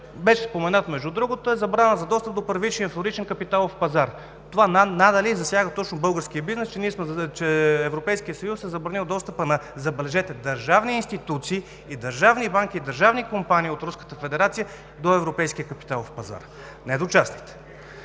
беше споменат и е забрана за достъп до първичния и вторичен капиталов пазар. Това надали засяга точно българския бизнес, че Европейският съюз е забранил достъпа на, забележете, държавни институции, държавни банки и държавни компании от Руската федерация до европейския капиталов пазар, не на частните.